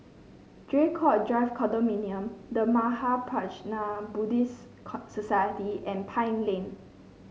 Draycott Drive Condominium The Mahaprajna Buddhist Society and Pine Lane